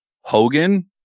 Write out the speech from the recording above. Hogan